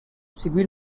seguì